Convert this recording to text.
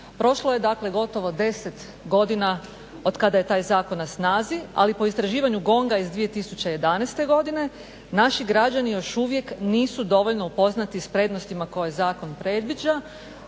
Prošlo je dakle gotovo 10 godina otkada je taj zakon na snazi, ali po istraživanju GONG-a iz 2011. godine naši građani još uvijek nisu dovoljno upoznati s prednostima koje zakon predviđa,